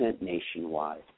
nationwide